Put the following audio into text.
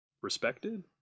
respected